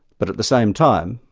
but at the same time,